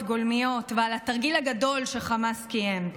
גולמיות ועל התרגיל הגדול שחמאס קיים.